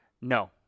No